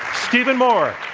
stephen moore.